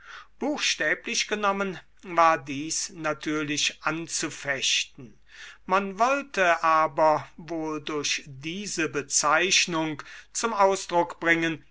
buchstäblich genommen war dies natürlich anzufechten man wollte aber wohl durch diese bezeichnung zum ausdruck bringen